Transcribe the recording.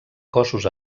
cossos